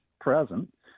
Present